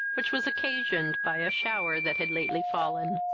which was occasioned by a shower that had lately fallen.